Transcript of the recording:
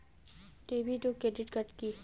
David ও credit card কি?